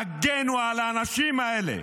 הגנו על האנשים האלה,